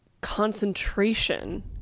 concentration